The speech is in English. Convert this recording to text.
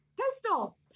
pistol